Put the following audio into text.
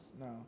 No